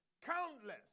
Countless